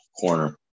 corner